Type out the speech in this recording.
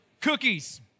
cookies